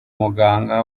muganga